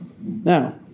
Now